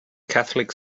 catholic